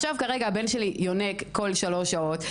הבן שלי יונק כרגע כל שלוש שעות,